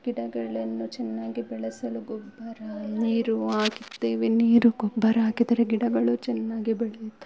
ಗಿಡಗಳನ್ನು ಚೆನ್ನಾಗಿ ಬೆಳೆಸಲು ಗೊಬ್ಬರ ನೀರು ಹಾಕುತ್ತೇವೆ ನೀರು ಗೊಬ್ಬರ ಹಾಕಿದರೆ ಗಿಡಗಳು ಚೆನ್ನಾಗಿ ಬೆಳೆಯುತ್ತೆ